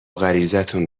غریزتون